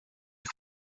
ich